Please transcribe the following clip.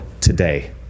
today